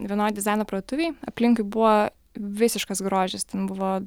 vienoj dizaino parduotuvėj aplinkui buvo visiškas grožis ten buvo